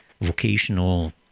vocational